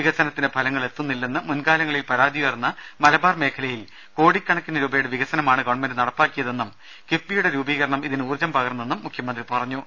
വിക്സനത്തിന്റെ ഫലങ്ങൾ എത്തു ന്നില്ലെന്ന് മുൻകാലങ്ങളിൽ പരാതി ഉയർന്ന മലബാർ മേഖലയിൽ കോടിക്ക ണക്കിന് രൂപയുടെ വികസനമാണ് ഗവൺമെന്റ് നടപ്പാക്കിയതെന്നും കിഫ്ബിയുടെ രൂപീകരണം ഇതിന് ഊർജ്ജം പകർന്നെന്നും മുഖ്യമന്ത്രി പറ ഞ്ഞു